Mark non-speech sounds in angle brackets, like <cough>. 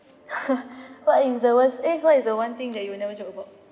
<laughs> what is the worst eh what is the one thing that you will never joke about